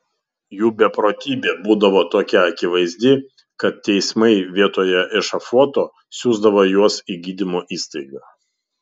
jų beprotybė būdavo tokia akivaizdi kad teismai vietoje ešafoto siųsdavo juos į gydymo įstaigą